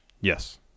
Yes